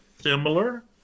Similar